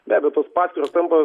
be abejo tos paskyros tampa